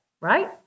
Right